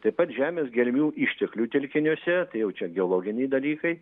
taip pat žemės gelmių išteklių telkiniuose tai jau čia geologiniai dalykai